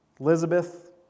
Elizabeth